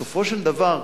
בסופו של דבר,